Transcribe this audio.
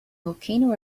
volcano